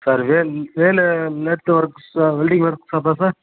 sir Vel Velu lathe ஒர்க்ஸா welding work ஷாப்பா sir